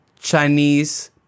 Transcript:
Chinese